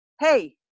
hey